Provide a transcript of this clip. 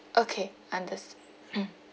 okay unders~